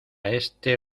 este